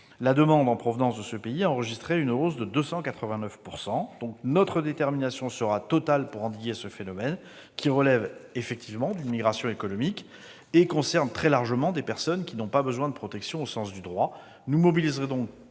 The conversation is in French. la demande en provenance de ce pays a enregistré une hausse de 289 %. Notre détermination sera totale pour endiguer ce phénomène, qui relève effectivement d'une migration économique et concerne très largement des personnes qui n'ont pas de besoins de protection au sens du droit.